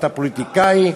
אתה פוליטיקאי,